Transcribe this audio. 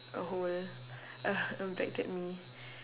a whole uh impacted me